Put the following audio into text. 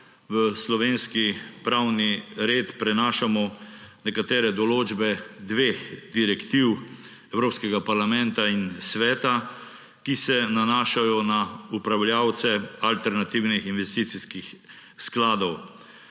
v slovenski pravni red prenašamo nekatere določbe dveh direktiv Evropskega parlamenta in Sveta, ki se nanašajo na upravljavce alternativnih investicijskih skladov.